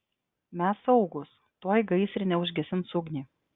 mes saugūs tuoj gaisrinė užgesins ugnį